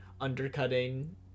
undercutting